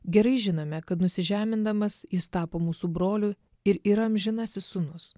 gerai žinome kad nusižemindamas jis tapo mūsų broliu ir yra amžinasis sūnus